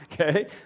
Okay